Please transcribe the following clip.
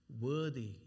worthy